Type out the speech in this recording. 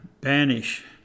banish